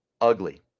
ugly